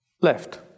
left